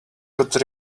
got